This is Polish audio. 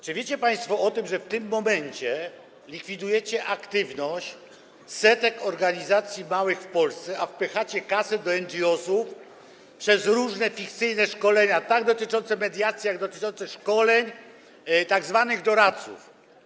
Czy wiecie państwo o tym, że w tym momencie likwidujecie aktywność setek małych organizacji w Polsce, a wpychacie kasę do NGOs-ów przez różne fikcyjne szkolenia tak dotyczące mediacji, jak i szkoleń tzw. doradców?